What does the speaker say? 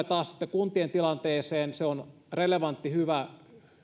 taas kuntien tilanteeseen se on relevantti hyvä